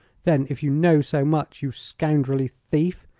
then, if you know so much, you scoundrelly thief,